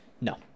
No